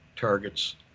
targets